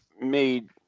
made